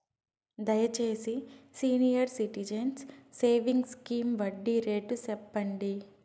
దయచేసి senior citizens savings scheme వడ్డీ rate సెప్పండి